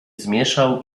zmieszał